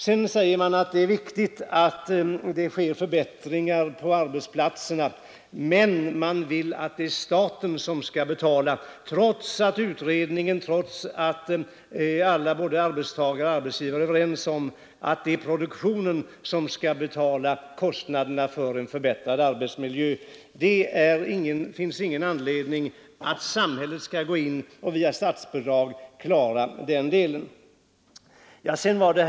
Man säger att det är viktigt att det sker förbättringar på arbetsplatserna men att det är staten som skall betala dem, trots att såväl utredningen som arbetstagare och arbetsgivare är överens om att det är produktionen som skall betala kostnaderna för en förbättrad arbetsmiljö. Det finns ingen anledning att låta samhället gå in och klara den delen via statsbidrag.